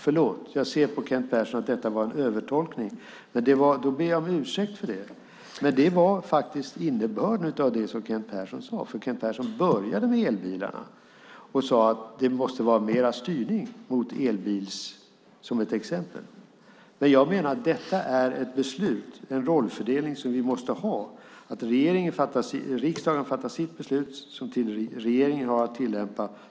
Förlåt, jag ser på Kent Persson att det var en övertolkning, och jag ber om ursäkt för det. Det var dock innebörden av det Kent Persson sade för han började med elbilarna. Han sade att det måste vara mer styrning mot elbilar, som ett exempel. Jag menar att det här är den rollfördelning vi måste ha. Riksdagen fattar ett beslut som regeringen har att tillämpa.